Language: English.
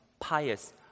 pious